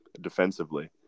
defensively